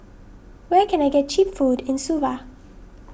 where can I get Cheap Food in Suva